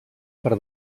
per